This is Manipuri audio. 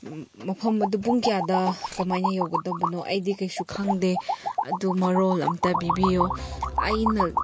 ꯃꯐꯝ ꯑꯗꯨ ꯄꯨꯡ ꯀꯌꯥꯗ ꯀꯃꯥꯏꯅ ꯌꯧꯒꯗꯕꯅꯣ ꯑꯩꯗꯤ ꯀꯩꯁꯨ ꯈꯪꯗꯦ ꯑꯗꯨ ꯃꯔꯣꯜ ꯑꯝꯇ ꯄꯤꯕꯤꯌꯣ ꯑꯩꯅ